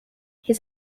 his